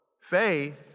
faith